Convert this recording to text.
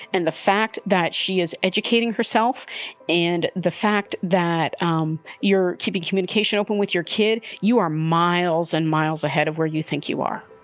and the fact that she is educating herself and the fact that um you're keeping communication open with your kid. you are miles and miles ahead of where you think you are